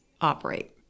operate